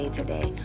today